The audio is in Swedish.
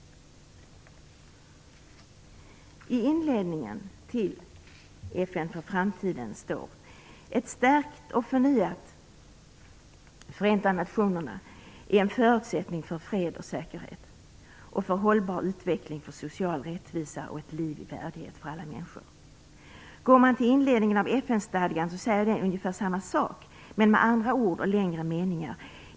I inledningen till "FN för framtiden" står det att ett stärkt och förnyat Förenta nationerna är en förutsättning för fred och säkerhet, för en hållbar utveckling, för social rättvisa och för ett liv i värdighet för alla människor. I inledningen av FN-stadgan sägs ungefär samma sak, fast med andra ord och längre meningar.